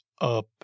up